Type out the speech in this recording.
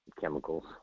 Chemicals